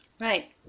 Right